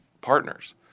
partners